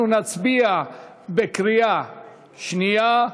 אנחנו נצביע בקריאה שנייה.